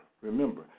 remember